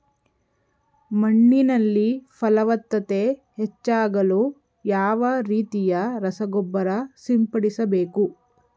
ಮಣ್ಣಿನಲ್ಲಿ ಫಲವತ್ತತೆ ಹೆಚ್ಚಾಗಲು ಯಾವ ರೀತಿಯ ರಸಗೊಬ್ಬರ ಸಿಂಪಡಿಸಬೇಕು?